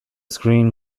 screen